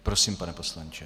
Prosím, pane poslanče.